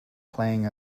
playing